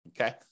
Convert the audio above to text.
Okay